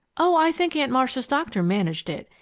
oh, i think aunt marcia's doctor managed it.